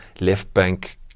left-bank